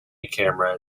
camera